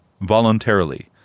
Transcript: voluntarily